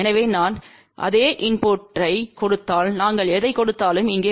எனவே நான் அதே இன்புட்டைக் கொடுத்தால் நாங்கள் எதை கொடுத்தாலும் இங்கே வரும்